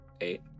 Eight